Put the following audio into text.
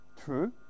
True